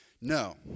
No